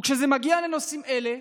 כשזה מגיע לנושאים אלה,